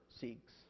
seeks